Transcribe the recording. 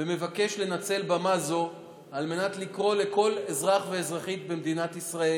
ומבקש לנצל במה זו על מנת לקרוא לכל אזרח ואזרחית במדינת ישראל: